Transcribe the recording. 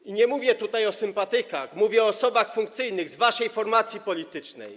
I nie mówię tutaj o sympatykach, mówię o osobach funkcyjnych z waszej formacji politycznej.